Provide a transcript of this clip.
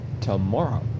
tomorrow